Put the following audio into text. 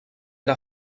era